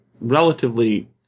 relatively